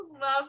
love